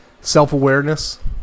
self-awareness